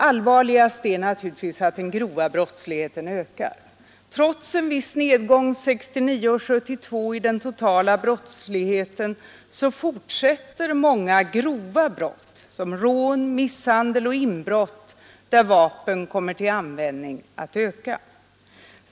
Allvarligast är naturligtvis att den grova brottsligheten ökar. Trots en viss nedgång 1969 och 1972 i den totala brottsligheten fortsätter många grova brott såsom rån, misshandel och inbrott där vapen kommer till användning att öka.